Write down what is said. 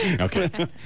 Okay